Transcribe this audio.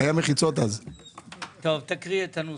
טוב תקריאי את הנוסח.